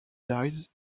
dies